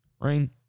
Rain